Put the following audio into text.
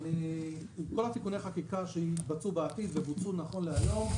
כל תיקוני החקיקה שיתבצעו בעתיד ובוצעו נכון להיום,